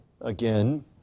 again